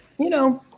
you know,